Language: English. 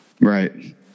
Right